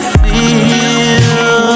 feel